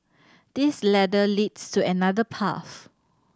this ladder leads to another path